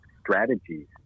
strategies